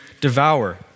devour